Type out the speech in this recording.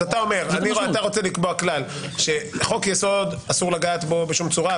אתה אומר שאתה רוצה לקבוע כלל שבחוק יסוד אסור לגעת בשום צורה,